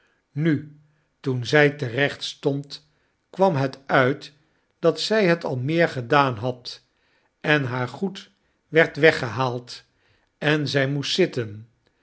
nu toen zij terecht stond kwam het uit dat zij het al meer gedaan had en haar goed werd weggehaald en zij moest zitten